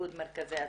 איגוד מרכזי הסיוע,